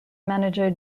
manager